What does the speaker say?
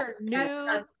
new